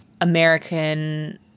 American